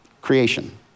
Creation